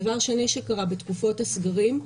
דבר שני שקרה בתקופות הסגרים,